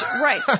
right